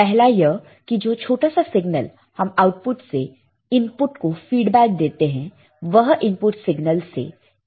पहला यह की जो छोटा सा सिग्नल हम आउटपुट से इनपुट को फीडबैक देते हैं वह इनपुट सिगनल से इन फेस रहना चाहिए